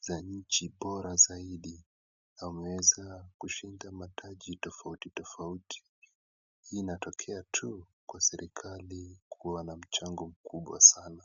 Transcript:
za nchi zaidi, wameweza kushinda mataji tofauti tofauti. Hii inatokea tu kwa serikali kuwa na mchango mkubwa sana.